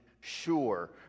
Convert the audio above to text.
sure